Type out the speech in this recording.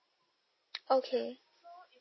okay